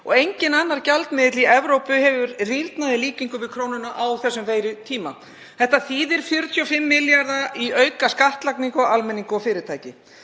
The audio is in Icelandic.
og enginn annar gjaldmiðill í Evrópu hefur rýrnað í líkingu við krónuna á þessum veirutíma. Það þýðir 45 milljarða í aukaskattlagningu á almenning og fyrirtæki.